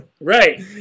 right